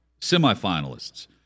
semifinalists